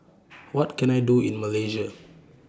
What Can I Do in Malaysia